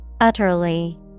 Utterly